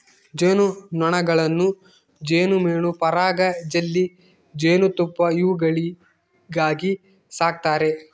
ಜೇನು ನೊಣಗಳನ್ನು ಜೇನುಮೇಣ ಪರಾಗ ಜೆಲ್ಲಿ ಜೇನುತುಪ್ಪ ಇವುಗಳಿಗಾಗಿ ಸಾಕ್ತಾರೆ